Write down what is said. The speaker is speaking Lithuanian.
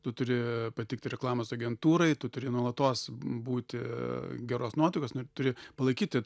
tu turi patikti reklamos agentūrai tu turi nuolatos būti geros nuotaikos turi palaikyti